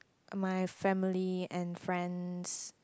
my family and friends